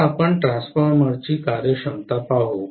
आता आपण ट्रान्सफॉर्मरची कार्यक्षमता पाहू